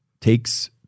takes